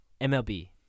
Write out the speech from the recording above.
MLB